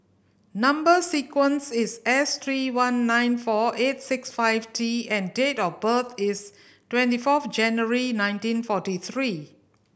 number sequence is S three one nine four eight six five T and date of birth is twenty fourth January nineteen forty three